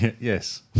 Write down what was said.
Yes